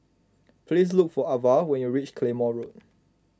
please look for Avah when you reach Claymore Road